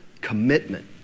commitment